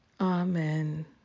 amen